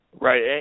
Right